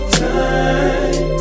time